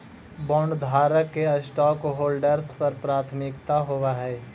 बॉन्डधारक के स्टॉकहोल्डर्स पर प्राथमिकता होवऽ हई